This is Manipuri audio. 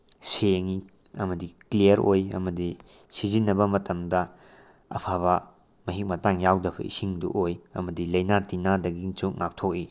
ꯁꯦꯡꯏ ꯑꯃꯗꯤ ꯀ꯭ꯂꯤꯌꯔ ꯑꯣꯏ ꯑꯃꯗꯤ ꯁꯤꯖꯤꯟꯅꯕ ꯃꯇꯝꯗ ꯑꯐꯕ ꯃꯍꯤꯛ ꯃꯇꯥꯡ ꯌꯥꯎꯗꯕ ꯏꯁꯤꯡꯗꯨ ꯑꯣꯏ ꯑꯃꯗꯤ ꯂꯩꯅꯥ ꯇꯤꯅꯥꯗꯒꯤꯁꯨ ꯉꯥꯛꯊꯣꯛꯏ